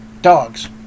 dogs